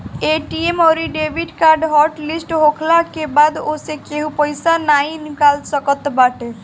ATM अउरी debit card hot list होखला के बाद ओसे केहू पईसा नाइ निकाल सकत बाटे